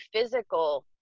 physical